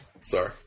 Sorry